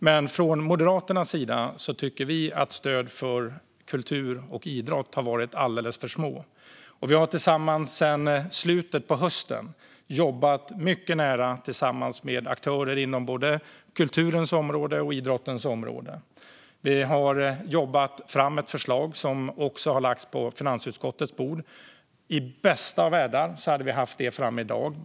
Men från Moderaternas sida tycker vi att stöden för kultur och idrott har varit alldeles för små. Vi har sedan slutet på hösten jobbat mycket nära tillsammans med aktörer inom både kulturens och idrottens område. Vi har jobbat fram ett förslag som också har lagts på finansutskottets bord. I den bästa av världar skulle vi ha haft det framme i dag.